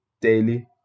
daily